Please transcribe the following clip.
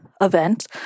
event